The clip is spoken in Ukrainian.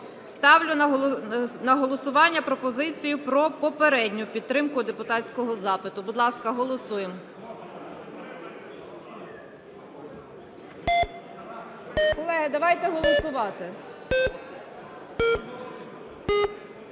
Ставлю на голосування пропозицію про попередню підтримку депутатського запиту. Будь ласка, голосуємо. Колеги, давайте голосувати!